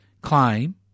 claim